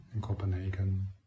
Copenhagen